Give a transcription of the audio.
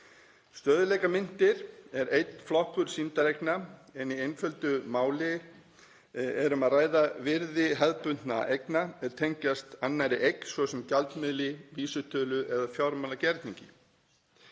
Stöðugleikamyntir er einn flokkur sýndareigna en í einfölduðu máli er um að ræða virði hefðbundinna eigna er tengjast annarri eign, svo sem gjaldmiðli, vísitölu eða fjármálagerningi.